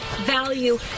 value